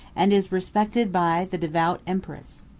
and is respected by the devout empress.